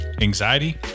anxiety